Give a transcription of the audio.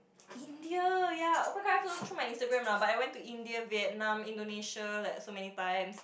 India ya oh-my-god I have to through my Instagram lah but I went to Indian Vietnam Indonesia like so many times